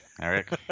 Eric